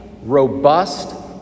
robust